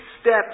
steps